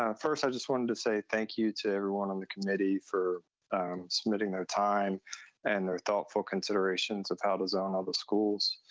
first, i just wanted to say thank you to everyone on the committee for submitting their time and their thoughtful considerations of how to zone all the schools.